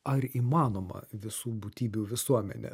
ar įmanoma visų būtybių visuomenė